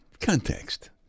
Context